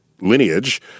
lineage